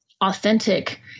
authentic